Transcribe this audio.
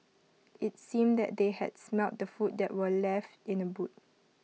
IT seemed that they had smelt the food that were left in the boot